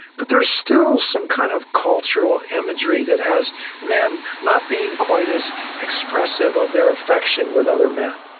but there's still some kind of cultural imagery that has men not being quite as expressive of their affection with other men.